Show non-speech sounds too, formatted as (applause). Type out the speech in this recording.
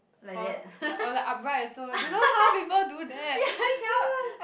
cause or like upright also don't know how people do that (breath) how do you